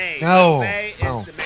No